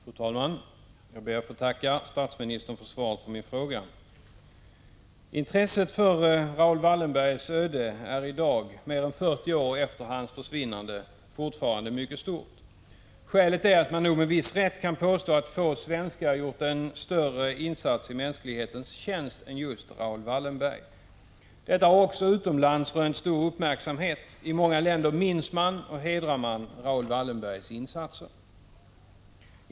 Fru talman! Jag ber att få tacka statsministern för svaret på min fråga. Intresset för Raoul Wallenbergs öde är i dag, mer än 40 år efter hans försvinnande, fortfarande mycket stort. Skälet är att man nog med viss rätt kan påstå att få svenskar gjort en större insats i mänsklighetens tjänst än just Raoul Wallenberg. Detta har också utomlands rönt stor uppmärksamhet. I många länder minns man, och hedrar man, Raoul Wallenbergs insatser.